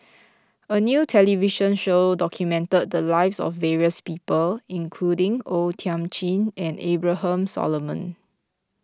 a new television show documented the lives of various people including O Thiam Chin and Abraham Solomon